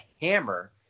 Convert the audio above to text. hammer